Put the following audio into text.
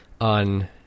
on